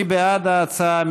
מי בעד ההצעה?